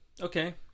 Okay